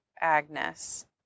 Agnes